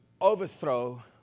overthrow